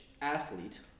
athlete